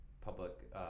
public